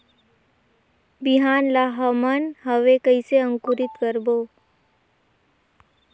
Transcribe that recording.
बिहान ला हमन हवे कइसे अंकुरित करबो?